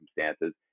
circumstances